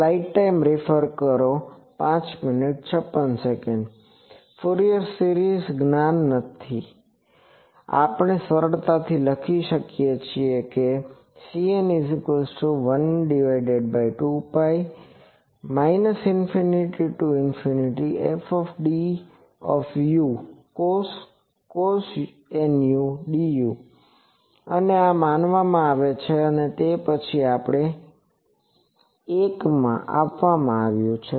Fourier series જ્ઞાન થી આપણે તે સરળતાથી લખી શકીએ છીએ કે Cn12π ∞fd cos nu du અને આ માનવામાં આવે છે કે તે પછીની એકમાં આપવામાં આવ્યું છે